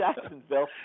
Jacksonville